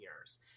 years